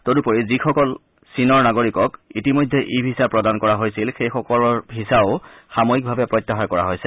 তদুপৰি যিসকল চীনৰ নাগৰিকক ইতিমধ্যে ই ভিছা প্ৰদান কৰা হৈছিল সেইসকলৰ ভিছাও সাময়িকভাৱে প্ৰত্যাহাৰ কৰা হৈছে